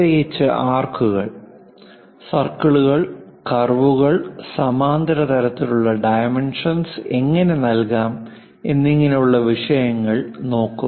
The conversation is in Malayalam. പ്രതേകിച്ചു ആർക്കുകൾ സർക്കിളുകൾ കർവുകൾ സമാന്തര തരത്തിലുള്ള ഡൈമെൻഷൻസ് എങ്ങനെ നൽകാം എന്നിങ്ങനെയുള്ള വിഷയങ്ങൾ നോക്കും